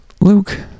luke